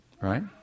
right